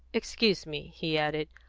excuse me, he added.